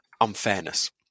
unfairness